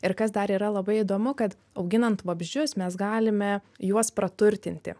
ir kas dar yra labai įdomu kad auginant vabzdžius mes galime juos praturtinti